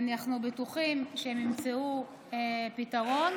אנחנו בטוחים שהם ימצאו פתרון.